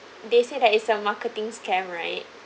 they say that is a marketing scam right